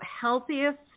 healthiest